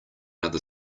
other